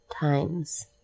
Times